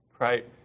Right